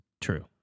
True